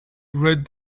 read